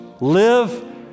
live